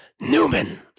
Newman